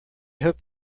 hope